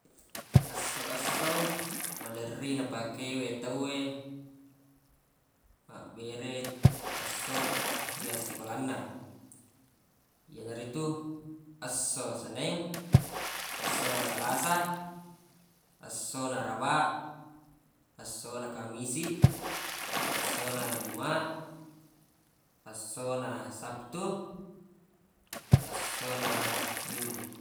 Esso-esso maderri napake we tawwe mabbere esso ri assikolanna yanaritu esso seneng esso na salasa esso na arabaq esso na kamisiq esso na jumaq esso na sabtu esso na minggu